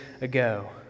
ago